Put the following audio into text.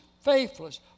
faithless